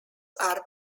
are